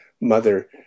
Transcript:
mother